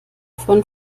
von